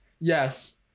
Yes